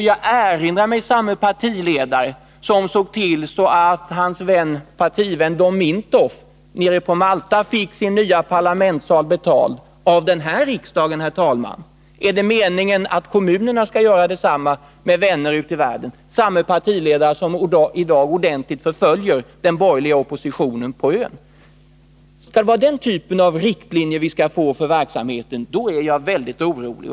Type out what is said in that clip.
Jag erinrar mig också att samme partiledare såg till att hans partivän Dom Mintoff nere på Malta fick sin nya parlamentssal betald av den här riksdagen, herr talman — samme partiledare som i dag förföljer den borgerliga oppositionen på ön. Är det meningen att kommunerna skall göra detsamma med vänner ute i världen? Är det den typen av riktlinjer vi skall få för verksamheten. då blir jag väldigt orolig.